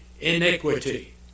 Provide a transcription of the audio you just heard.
iniquity